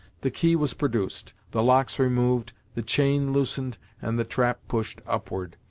the key was produced, the locks removed, the chain loosened, and the trap pushed upward.